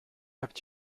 hebt